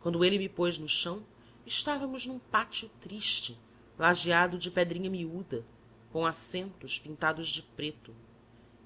quando ele me pôs no chão estávamos num pátio triste lajeado de pedrinha miúda com assentos pintados de preto